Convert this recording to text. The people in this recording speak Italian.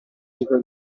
ciclo